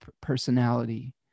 personality